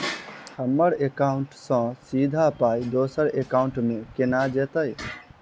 हम्मर एकाउन्ट सँ सीधा पाई दोसर एकाउंट मे केना जेतय?